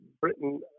britain